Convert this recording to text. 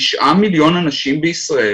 לתשעה מיליון אנשים בישראל,